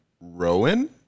Rowan